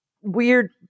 weird